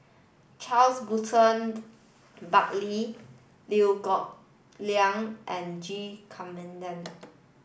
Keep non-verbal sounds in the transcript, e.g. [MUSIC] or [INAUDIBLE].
Charles Burton [NOISE] Buckley Liew Geok Leong and G Kandasamy